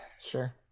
sure